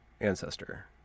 ancestor